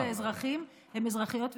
אזרחיות ואזרחים הם אזרחיות ואזרחים.